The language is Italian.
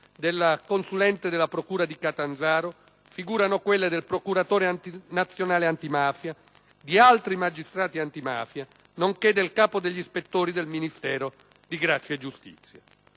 del consulente della procura di Catanzaro figurano quelle del procuratore nazionale antimafia, di altri magistrati antimafia, nonché del capo degli ispettori del Ministero della giustizia.